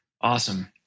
Awesome